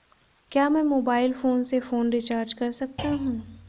क्या मैं mobile phone से फोन रिचार्ज कर सकता हूं?